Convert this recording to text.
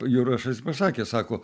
jurašas pasakė sako